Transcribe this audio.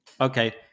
Okay